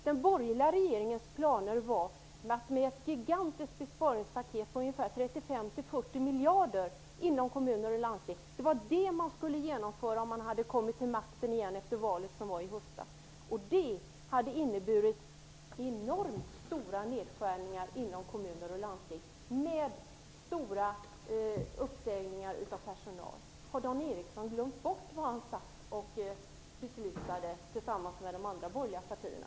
Den borgerliga regeringens planer var ett gigantiskt besparingspaket på 35-40 miljarder inom kommuner och landsting. Det var det man skulle genomföra om man hade kommit till makten efter valet i höstas. Det hade inneburit enormt stora nedskärningar inom kommuner och landsting med omfattande uppsägning av personal. Har Dan Ericsson glömt vad han beslutade tillsammans med de andra borgerliga partierna?